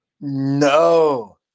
No